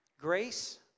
grace